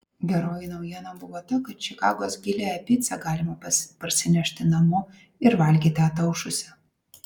geroji naujiena buvo ta kad čikagos giliąją picą galima parsinešti namo ir valgyti ataušusią